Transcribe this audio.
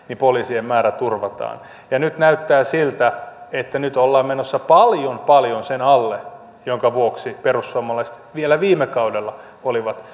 niin poliisien määrä turvataan nyt näyttää siltä että nyt ollaan menossa paljon paljon sen alle minkä vuoksi perussuomalaiset vielä viime kaudella olivat